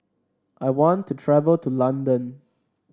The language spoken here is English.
I want to travel to London